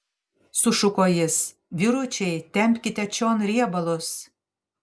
sušuko jis vyručiai tempkite čion riebalus